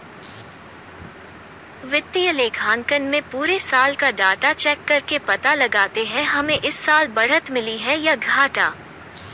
वित्तीय लेखांकन में पुरे साल का डाटा चेक करके पता लगाते है हमे इस साल बढ़त मिली है या घाटा